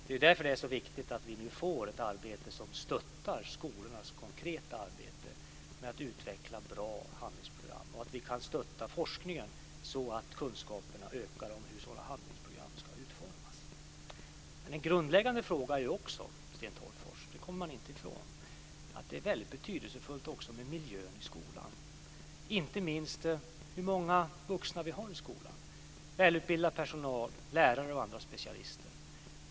Det är därför det är så viktigt att det blir en insats som stöttar skolornas konkreta arbete med att utveckla bra handlingsprogram. Vi ska stötta forskningen så att kunskaperna kan öka om hur sådana handlingsprogram ska utformas. En grundläggande fråga är också, Sten Tolgfors, och den kommer man inte ifrån, att det är betydelsefullt med miljön i skolan. Det gäller inte minst hur många vuxna det finns i skolan - välutbildad personal, lärare och andra specialister.